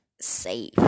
safe